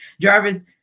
Jarvis